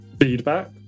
feedback